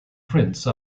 prince